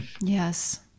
yes